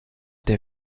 der